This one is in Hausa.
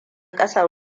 kasan